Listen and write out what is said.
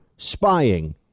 Spying